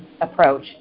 approach